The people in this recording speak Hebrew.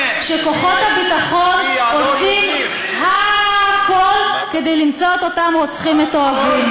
שכוחות הביטחון עושים הכול כדי למצוא את אותם רוצחים מתועבים.